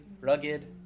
rugged